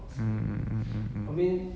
mm mm mm mm mm